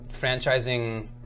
franchising